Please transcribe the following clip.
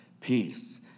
peace